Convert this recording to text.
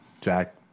Jack